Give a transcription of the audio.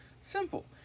Simple